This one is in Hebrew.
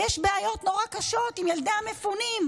ושיש בעיות נורא קשות עם ילדי המפונים?